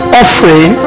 offering